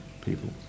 people